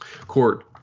court